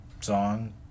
song